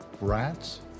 rats